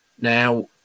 now